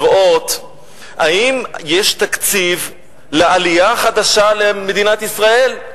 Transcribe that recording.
לראות אם יש תקציב לעלייה חדשה למדינת ישראל.